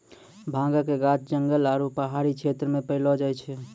भांगक गाछ जंगल आरू पहाड़ी क्षेत्र मे पैलो जाय छै